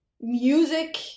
music